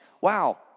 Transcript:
wow